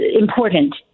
important